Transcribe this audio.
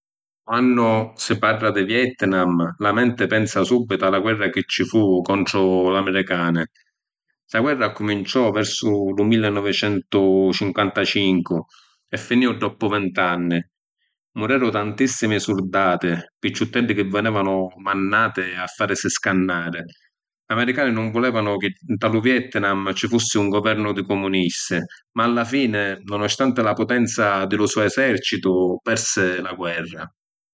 Quannu si parra di Vietnam, la menti pensa subbitu a la guerra chi ci fu contru l’amiricani. Sta guerra accuminciò versu lu millinovicentucinquantacincu e finìu doppu vint’anni. Mureru tantissimi surdati, picciutteddi chi vinevanu mannàti a farisi scannari. L’americani nun vulevanu chi nta lu Vietnam ci fussi un guvernu di cumunisti ma alla fini, nonostanti la putenza di lu so’ esercitu, persi la guerra.